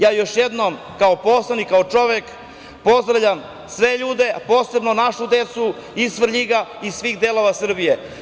Još jednom kao poslanik, kao čovek, pozdravljam sve ljude, a posebno našu decu iz Svrljiga, iz svih delova Srbije.